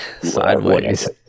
sideways